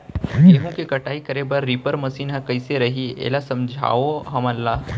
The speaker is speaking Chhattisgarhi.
गेहूँ के कटाई करे बर रीपर मशीन ह कइसे रही, एला समझाओ हमन ल?